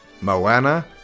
Moana